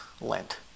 Lent